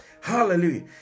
Hallelujah